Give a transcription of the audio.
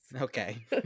Okay